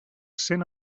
cent